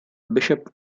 bishop